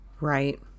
right